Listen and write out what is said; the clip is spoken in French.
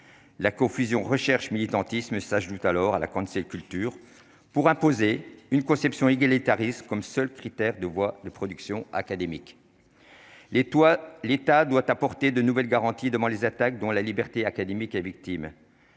la confusion recherche militantisme s'ajoute alors à la cancel culture pour imposer une conception égalitariste, comme seul critère de voies de production académique les toits, l'État doit apporter de nouvelles garanties devant les attaques dont la liberté académique et victime,